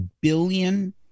billion